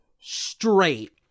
straight